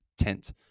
Tent